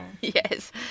Yes